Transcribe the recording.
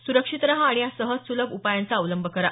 सुरक्षित रहा आणि या सहज सुलभ उपायांचा अवलंब करा